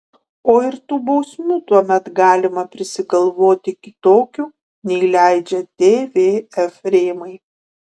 o ir tų bausmių tuomet galima prisigalvoti kitokių nei leidžia tvf rėmai